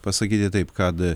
pasakyti taip kad